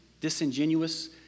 disingenuous